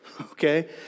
okay